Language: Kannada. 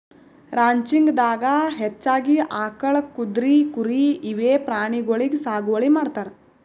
ರಾಂಚಿಂಗ್ ದಾಗಾ ಹೆಚ್ಚಾಗಿ ಆಕಳ್, ಕುದ್ರಿ, ಕುರಿ ಇವೆ ಪ್ರಾಣಿಗೊಳಿಗ್ ಸಾಗುವಳಿ ಮಾಡ್ತಾರ್